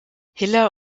hiller